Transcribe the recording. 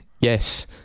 yes